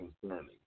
concerning